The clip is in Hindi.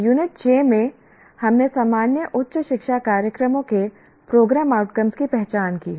यूनिट 6 में हमने सामान्य उच्च शिक्षा कार्यक्रमों के प्रोग्राम आउटकम्स की पहचान की है